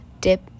dip